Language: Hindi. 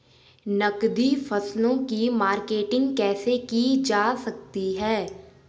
नकदी फसलों की मार्केटिंग कैसे की जा सकती है?